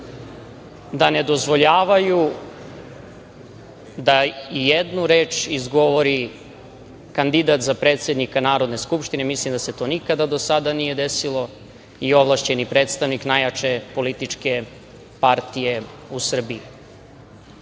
da ne dozvoljavaju da ijednu reč izgovori kandidat za predsednika Narodne skupštine, mislim da se to nikada do sada nije desio i ovlašćeni predstavnik najjače političke partije u Srbiji. Uvaženi